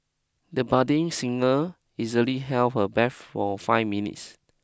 the budding singer easily held her breath for five minutes